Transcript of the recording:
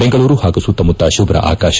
ಬೆಂಗಳೂರು ಹಾಗೂ ಸುತ್ತಮುತ್ತ ಶುಭ್ಧ ಆಕಾಶ